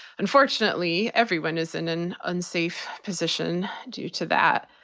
unfortunately, everyone is in an unsafe position due to that.